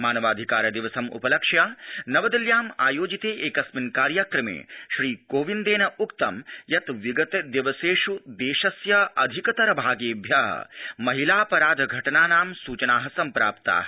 मानवाधिकार दिवसम् उपलक्ष्य नवदिल्ल्याम् आयोजिते एकस्मिन् कार्यक्रमे श्री कोविन्देन उक्तं यत् विगतदिवसेष् देशस्य अधिकतर भागेभ्य महिलापराध घ ित्रानां सूचना सम्प्राप्ता